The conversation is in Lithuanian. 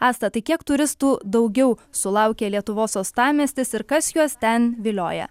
asta tai kiek turistų daugiau sulaukia lietuvos uostamiestis ir kas juos ten vilioja